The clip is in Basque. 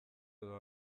edo